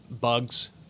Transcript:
bugs